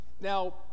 now